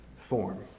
form